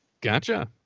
Gotcha